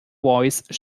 voice